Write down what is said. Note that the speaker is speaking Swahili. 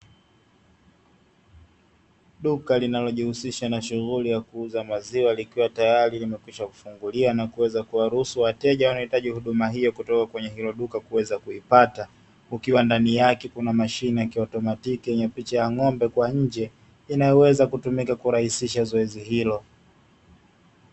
Duka linalojihusisha na shighuli ya kuuza maziwa likiwa tayari limekwisha kufunguliwa na kuweza kuwaruhusu wateja wanaohitaji huduma hiyo kutoka kwenye hilo duka kuweza kuipata. Kukiwa ndani yake kuna mashine ya kiautomatiki yenye picha ya ng’ombe kwa nje, inayoweza kutumika kurahisisha zoezi hilo.